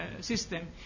system